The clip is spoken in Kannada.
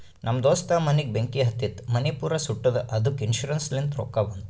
ನಮ್ ದೋಸ್ತ ಮನಿಗ್ ಬೆಂಕಿ ಹತ್ತಿತು ಮನಿ ಪೂರಾ ಸುಟ್ಟದ ಅದ್ದುಕ ಇನ್ಸೂರೆನ್ಸ್ ಲಿಂತ್ ರೊಕ್ಕಾ ಬಂದು